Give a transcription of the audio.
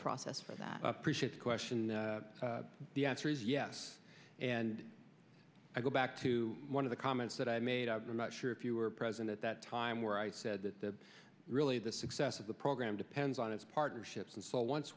process for that appreciate the question the answer is yes and i go back to one of the comments that i made i'm not sure if you were present at that time where i said that the really the success of the program depends on its partnerships and so once